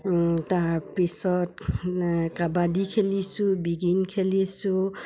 তাৰপিছত কাবাডী খেলিছোঁ বিগিন খেলিছোঁ